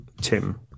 Tim